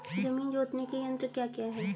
जमीन जोतने के यंत्र क्या क्या हैं?